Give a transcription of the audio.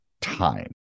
time